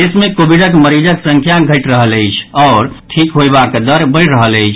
देश मे कोविडक मरीजक संख्या घटि रहल अछि आओर ठीक होयबाक दर बढ़ि रहल अछि